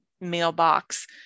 mailbox